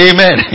Amen